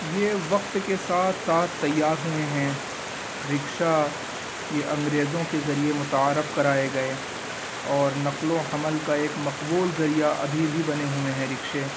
یہ وقت کے ساتھ ساتھ تیار ہوئے ہیں رکشہ یہ اںگریزوں کے ذریعے متعارف کرائے گئے اور نقل و حمل کا ایک مقبول ذریعہ ابھی بھی بنے ہوئے ہیں رکشے